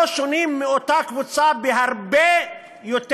לא שונים מאותה קבוצה בהרבה יותר: